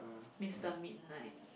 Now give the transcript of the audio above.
Mister Midnight